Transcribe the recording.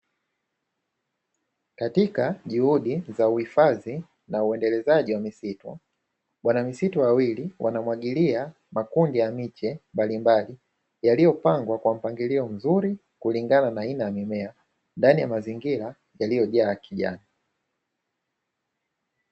Katika juhudi za uhifadhi na uendelezaji wa misitu, bwana misitu wawili wanamwagilia makundi ya miche mbalimbali yaliyopangwa kwa mpangilio mzuri kulingana na aina ya mimea; ndani ya mazingira yaliyojaa kijani.